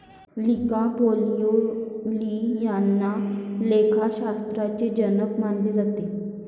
Luca Pacioli यांना लेखाशास्त्राचे जनक मानले जाते